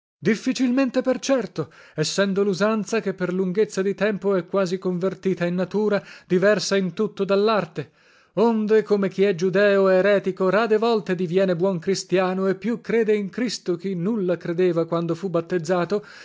difficilmente per certo essendo lusanza che per lunghezza di tempo è quasi convertita in natura diversa in tutto dallarte onde come chi è giudeo o eretico rade volte diviene buon cristiano e più crede in cristo chi nulla credeva quando fu battezzato